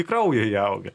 į kraują įaugę